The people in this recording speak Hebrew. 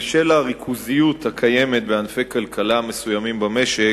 בשל הריכוזיות הקיימת בענפי כלכלה מסוימים במשק,